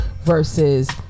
versus